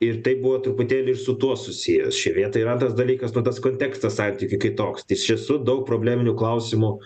ir tai buvo truputėlį ir su tuo susijęs šioj vietoj ir antras dalykas nu tas kontekstas santykių kitoks tai ištiesų daug probleminių klausimų